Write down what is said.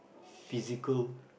physically